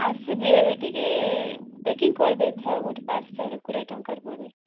ଆସିବି ଏବେ ଟିକିଏ ପେକିଙ୍ଗ୍ କରି ଦେଇଥାଉ ଗୋଟେ ପାର୍ସଲ୍ କୋଡ଼ିଏ ଟଙ୍କାର ପରି